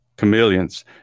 Chameleons